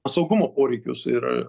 saugumo poreikius ir